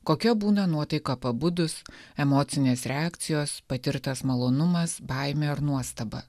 kokia būna nuotaika pabudus emocinės reakcijos patirtas malonumas baimė ar nuostaba